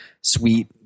sweet